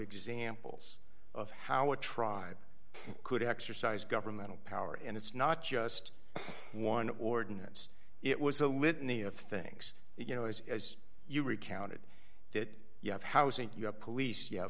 examples of how a tribe could exercise governmental power and it's not just one ordinance it was a litany of things you know as as you recounted it you have housing you have police y